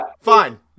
Fine